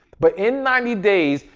but in ninety days,